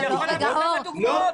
בא להטיף מוסר.